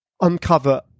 uncover